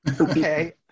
Okay